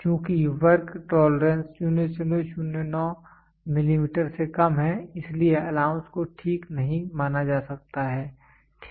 चूँकि work tolerance 009 millimetre से कम है इसलिए अलाउंस को ठीक नहीं माना जा सकता है ठीक है